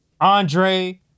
Andre